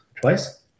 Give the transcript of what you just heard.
Twice